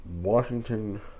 Washington